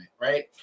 right